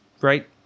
right